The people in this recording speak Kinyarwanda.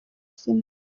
cinema